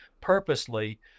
purposely